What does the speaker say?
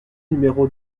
numéro